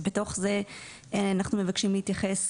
ובתוך זה אנחנו מבקשים להתייחס